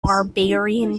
barbarian